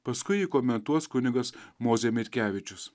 paskui jį komentuos kunigas mozė mitkevičius